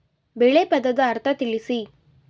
ಬೆಳೆ ಪದದ ಅರ್ಥ ತಿಳಿಸಿ?